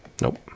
Nope